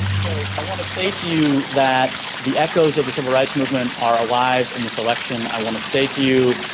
so i want to say to you that the echoes of the civil rights movement are alive in this election. i want to say to you,